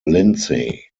lindsey